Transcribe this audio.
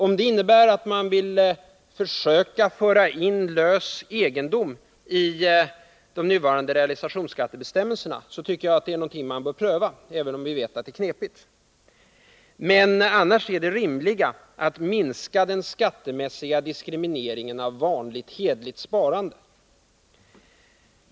Om det innebär att man vill försöka föra in lös egendom i de nuvarande skattebestämmelserna för realisationsvinst tycker jag att det är någonting som vi bör pröva, även om vi vet att det är knepigt. Men annars är det rimliga att minska den skattemässiga diskrimineringen av vanligt hederligt sparande.